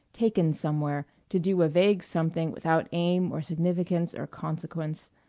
taken somewhere, to do a vague something without aim or significance or consequence.